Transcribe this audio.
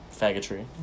Faggotry